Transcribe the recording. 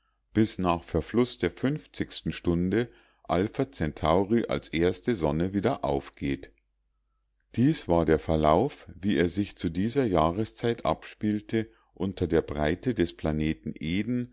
bis nach verfluß der stunde alpha centauri als erste sonne wieder aufgeht dies war der verlauf wie er sich zu dieser jahreszeit abspielte unter der breite des planeten eden